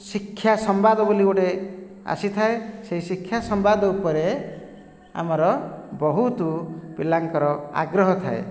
ଶିକ୍ଷ୍ୟା ସମ୍ବାଦ ବୋଲି ଗୋଟିଏ ଆସିଥାଏ ସେହି ଶିକ୍ଷ୍ୟାସମ୍ବାଦ ଉପରେ ଆମର ବହୁତ ପିଲାଙ୍କର ଆଗ୍ରହ ଥାଏ